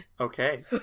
Okay